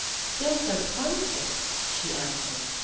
still so constant, she answered.